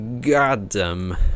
Goddamn